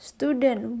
Student